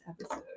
episode